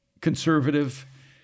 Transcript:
conservative